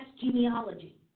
genealogy